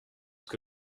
que